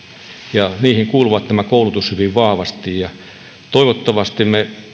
ja niihin kuuluu koulutus hyvin vahvasti toivottavasti me